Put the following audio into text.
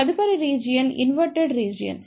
తదుపరి region inverted region